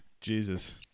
jesus